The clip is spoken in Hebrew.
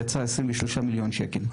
יצא 23 מיליון שקל.